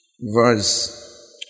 verse